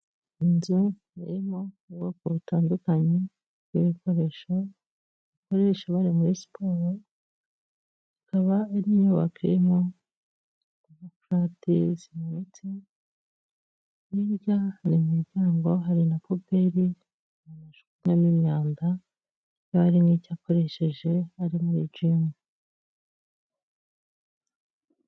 Inzu irimo ubwoko butandukanye bw'ibikoresho bakoresha bari muri siporo ikaba ari inyubako irimo nkafte zizamutse hirya hari imiryango hari na puberi bajugunyamo imyanda yari arimo n'icyo akoresheje ari muri gimu.